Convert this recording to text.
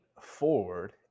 forward